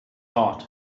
heart